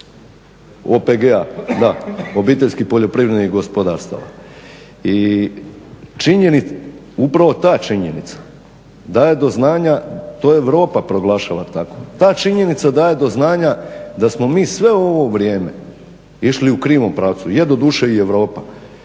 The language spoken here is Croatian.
OPG-a, da obiteljskih poljoprivrednih gospodarstava. I upravo ta činjenica daje do znanja, to Europa proglašava tako, ta činjenica daje to znanja da smo mi sve ovo vrijeme išli u krivom pravcu. Je doduše i Europa,